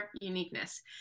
uniqueness